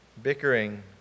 bickering